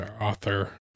author